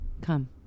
come